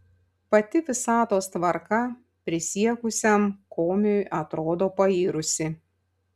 pati visatos tvarka prisiekusiam komiui atrodo pairusi